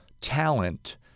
talent